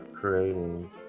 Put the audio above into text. creating